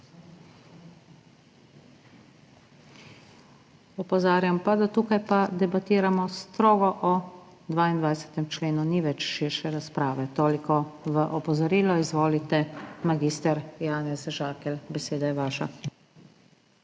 Opozarjam pa, da tukaj debatiramo strogo o 22. členu, ni več širše razprave. Toliko v opozorilo. Izvolite, mag. Janez Žakelj, beseda je vaša.